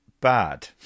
bad